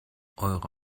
eure